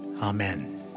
Amen